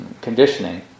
conditioning